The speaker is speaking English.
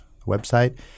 website